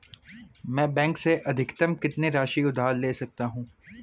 मैं बैंक से अधिकतम कितनी राशि उधार ले सकता हूँ?